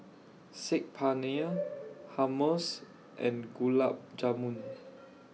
Saag Paneer Hummus and Gulab Jamun